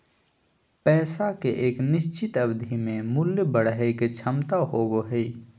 पैसा के एक निश्चित अवधि में मूल्य बढ़य के क्षमता होबो हइ